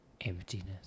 emptiness